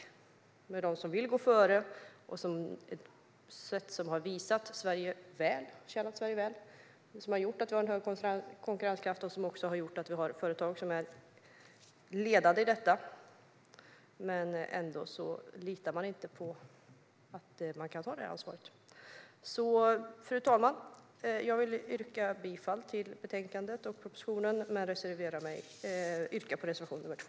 Det finns de som vill gå före på sätt som har tjänat Sverige väl och som har gjort att vi har en stor konkurrenskraft. Det har också gjort att vi har företag som är ledande i fråga om detta. Ändå litar man inte på att de kan ta det ansvaret. Fru talman! Jag yrkar bifall till reservation nr 2.